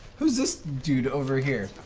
who's this dude over here?